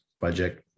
budget